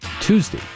Tuesday